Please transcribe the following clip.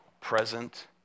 present